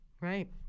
Right